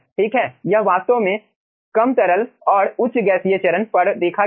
ठीक है यह वास्तव में कम तरल और उच्च गैसीय चरण पर देखा गया